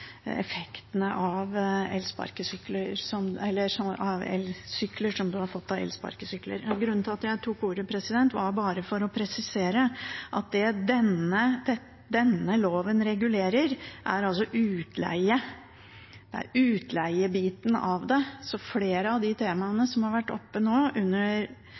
av elsparkesykler. Grunnen til at jeg tok ordet, var for å presisere at det denne loven regulerer, er utleie, det er utleiebiten. Flere av de temaene som har vært oppe under debatten nå,